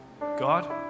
God